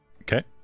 okay